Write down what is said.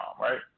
right